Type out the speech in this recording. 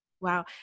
Wow